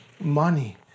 money